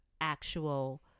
actual